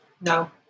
no